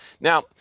Now